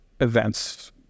events